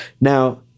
Now